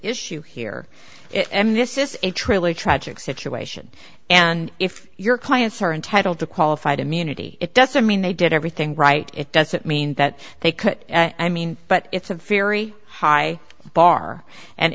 issue here this is a truly tragic situation and if your clients are entitled to qualified immunity it doesn't mean they did everything right it doesn't mean that they could i mean but it's a very high bar and